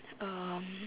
um